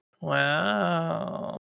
Wow